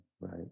right